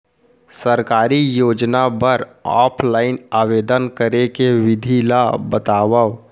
सरकारी योजना बर ऑफलाइन आवेदन करे के विधि ला बतावव